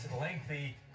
lengthy